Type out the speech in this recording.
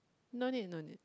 no need no need